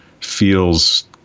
feels